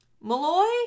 Malloy